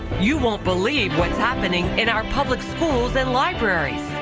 you won't believe what is happening in our public schools and libraries.